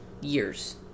years